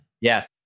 Yes